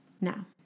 Now